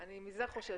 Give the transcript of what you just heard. אני מזה חוששת.